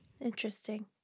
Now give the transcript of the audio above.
Interesting